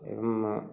एवम्